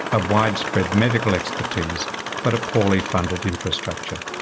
a widespread medical expertise but a poorly funded infrastructure.